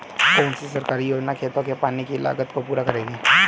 कौन सी सरकारी योजना खेतों के पानी की लागत को पूरा करेगी?